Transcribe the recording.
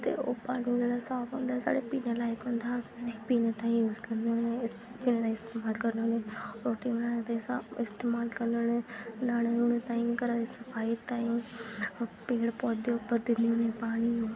ते ओह् पानी जेह्ड़ा साफ होंदा ऐ साढ़े पीने लाइक होंदा अस उस्सी पीनें ताईं यूज करने होन्ने इस्तेमाल करने होन्ने रोट्टी बनाने ताईं इस्तेमाल करने होन्ने न्हानें नुहुनें ताईं घरै दी सफाई ताईं पेड़ पौधे उप्पर दिन्ने होन्ने पानी